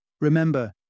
Remember